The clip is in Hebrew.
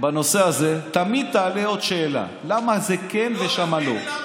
בנושא הזה תמיד תעלה עוד שאלה, למה זה כן ושמה לא.